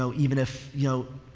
so even if, you know,